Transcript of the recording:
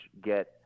get –